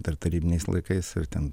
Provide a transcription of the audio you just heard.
dar tarybiniais laikais ir ten